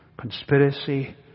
conspiracy